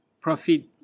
profit